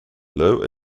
low